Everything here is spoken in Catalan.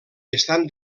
estan